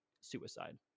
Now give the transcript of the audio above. suicide